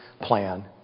plan